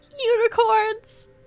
Unicorns